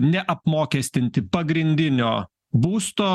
neapmokestinti pagrindinio būsto